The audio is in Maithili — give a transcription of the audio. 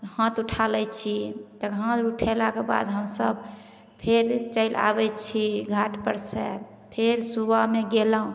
हाथ उठा लै छी तऽ हाथ उठेलाक बाद हमसब फेर चैलि आबै छी घाट पर से फेर सुबहमे गेलहुॅं